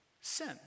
sin